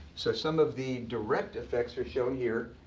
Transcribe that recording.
so some of the direct effects are shown here.